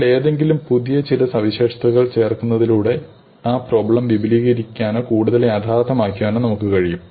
എന്നാൽ എന്തെങ്കിലും പുതിയ ചില സവിശേഷതകൾ ചേർക്കുന്നതിലൂടെ ആ പ്രോബ്ലം വിപുലീകരിക്കാനോ കൂടുതൽ യാഥാർത്ഥ്യമാക്കാനോ നമുക്ക് കഴിയും